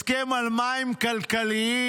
הסכם על מים כלכליים,